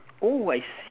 oh I see